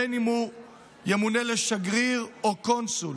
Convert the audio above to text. בין שהוא ימונה לשגריר או לקונסול,